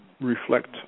reflect